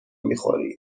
میخوری